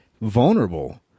vulnerable